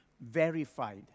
verified